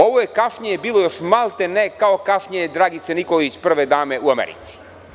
Ovo kašnjenje je bilo još maltene kao kašnjenje Dragice Nikolić, prve dame u Americi.